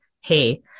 hey